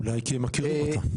אולי כי אנחנו מכירים אותה.